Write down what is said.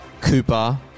Cooper